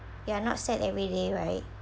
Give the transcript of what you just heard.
you are not sad everyday right